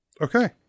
Okay